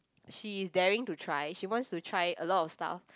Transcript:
she is daring to try she wants to try a lot of stuff